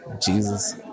Jesus